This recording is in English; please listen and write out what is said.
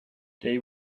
they